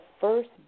first